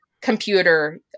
computer